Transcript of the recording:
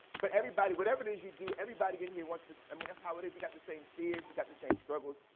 but everybody, whatever it is you do, everybody in here wants the same i mean that's how it is. we got the same fears, we got the same struggles.